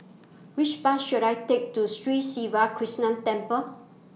Which Bus should I Take to Sri Siva Krishna Temple